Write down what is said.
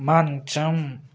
మంచం